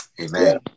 Amen